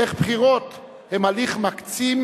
איך בחירות הן הליך מקצין,